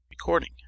Recording